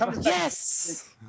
Yes